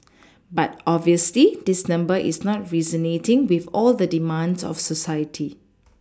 but obviously this number is not resonating with all the demands of society